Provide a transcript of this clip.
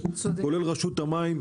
כולל רשות המים,